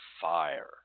fire